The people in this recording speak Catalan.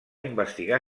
investigar